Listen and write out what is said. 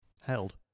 held